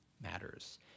matters